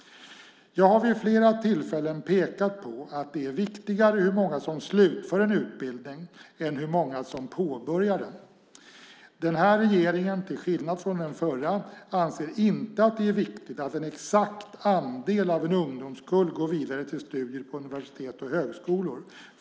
Jag har vid flera tillfällen pekat på att det är viktigare hur många som slutför en utbildning än hur många som påbörjar densamma. Den här regeringen anser, till skillnad från den förra, inte att det är viktigt att en exakt andel av en ungdomskull går vidare till studier på universitet och högskolor.